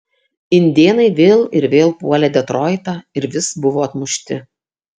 indėnai vėl ir vėl puolė detroitą ir vis buvo atmušti